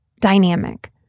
dynamic